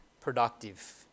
productive